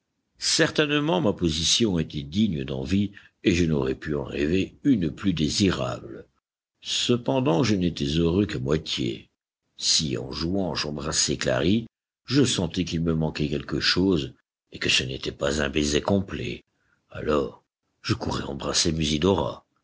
certainement ma position était digne d'envie et je n'aurais pu en rêver une plus désirable cependant je n'étais heureux qu'à moitié si en jouant j'embrassais clary je sentais qu'il me manquait quelque chose et que ce n'était pas un baiser complet alors je courais embrasser musidora